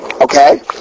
Okay